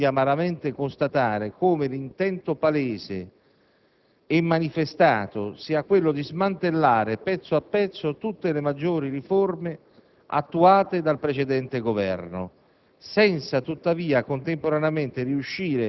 Ancora una volta, quindi, dobbiamo amaramente constatare come l'intento palese e manifestato sia quello di smantellare, pezzo per pezzo, tutte le maggiori riforme attuate dal precedente Governo,